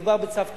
מדובר בצו טכני.